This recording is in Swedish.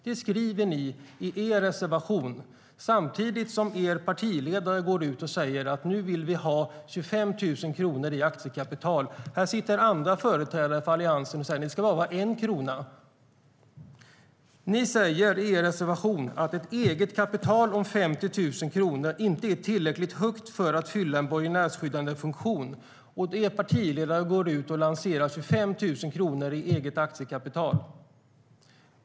Det skriver ni samtidigt som er partiledare säger: Nu vill vi ha 25 000 kronor i aktiekapital. Här sitter också andra företrädare för Alliansen och säger att det ska vara bara 1 krona. Ni säger i er reservation att ett eget kapital om 50 000 kronor inte är tillräckligt högt för att fylla en borgenärsskyddande funktion. Men er partiledare går ut och lanserar 25 000 kronor i eget aktiekapital.